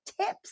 tips